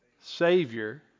Savior